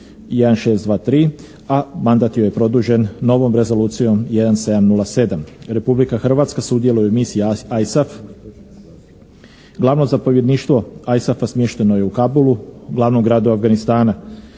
a mandat joj je produžen novom Rezolucijom 1707. Republika Hrvatska sudjeluje u misiji ISAF. Glavno zapovjedništvo ISAF-a smješteno je u Kabulu, glavnom gradu Afganistana.